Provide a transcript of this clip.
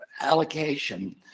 allocation